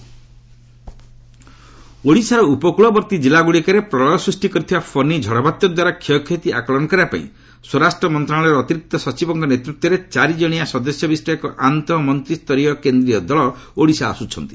Odisha cyclone central team ଓଡ଼ିଶାର ଉପକୂଳବର୍ତ୍ତୀ ଜିଲ୍ଲାଗୁଡ଼ିକରେ ପ୍ରଳୟ ସୃଷ୍ଟି କରିଥିବା ଫନୀ ଝଡ଼ବାତ୍ୟାଦ୍ୱାରା କ୍ଷୟକ୍ଷତି ଆକଳନ କରିବାପାଇଁ ସ୍ୱରାଷ୍ଟ୍ର ମନ୍ତ୍ରଣାଳୟର ଅତିରିକ୍ତ ସଚିବଙ୍କ ନେତୃତ୍ୱରେ ଚାରି ଜଣିଆ ସଦସ୍ୟ ବିଶିଷ୍ଟ ଏକ ଆନ୍ତଃ ମନ୍ତିସ୍ତରୀୟ କେନ୍ଦ୍ରୀୟ ଦଳ ଓଡ଼ିଶା ଆସୁଛନ୍ତି